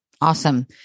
Awesome